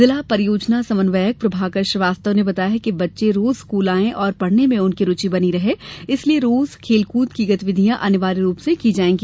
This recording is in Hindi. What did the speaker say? जिला परियोजना समन्वयक प्रभाकर श्रीवास्तव ने बताया कि बच्चे रोज स्कूल आयें एवं पढ़ने में उनकी रूचि बनी रहे इसलिये रोज खेलकूद की गतिविधि अनिवार्य की जायेगी